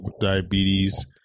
diabetes